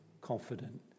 confident